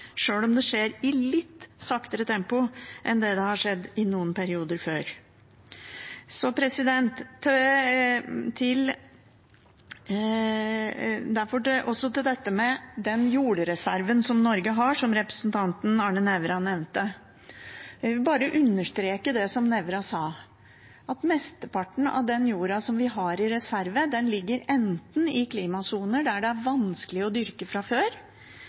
sjøl om det skjer i litt saktere tempo enn det gjorde i noen perioder før. Til den jordreserven som Norge har, og som representanten Arne Nævra nevnte: Jeg vil bare understreke det som Nævra sa, at mesteparten av den jorda som vi har i reserve, ligger enten i klimasoner hvor det er vanskelig å dyrke fra før,